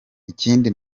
ikindi